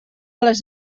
les